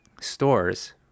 stores